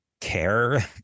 care